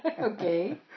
Okay